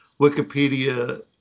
Wikipedia